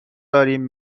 داریم